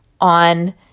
on